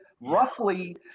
roughly